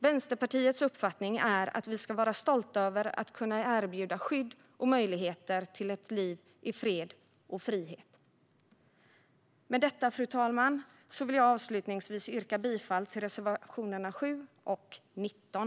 Vänsterpartiets uppfattning är att vi ska vara stolta över att kunna erbjuda skydd och möjligheter till ett liv i fred och frihet. Med detta, fru talman, vill jag yrka bifall till reservationerna 7 och 19.